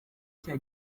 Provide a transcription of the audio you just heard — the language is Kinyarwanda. cya